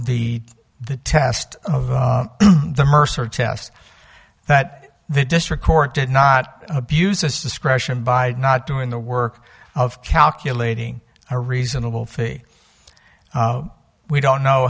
the the test of the mercer test that the district court did not abuse is discretion by not doing the work of calculating a reasonable fee we don't know